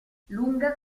lunga